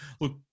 look